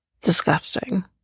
disgusting